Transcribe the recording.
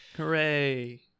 Hooray